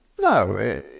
No